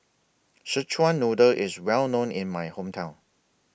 Szechuan Noodle IS Well known in My Hometown